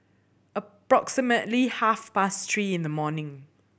approximately half past three in the morning